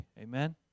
Amen